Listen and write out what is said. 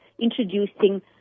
introducing